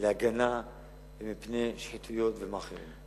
להגנה מפני שחיתויות ומאכערים.